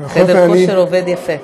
חדר הכושר עובד יפה.